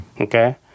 Okay